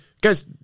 Guys